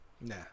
Nah